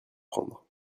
prendre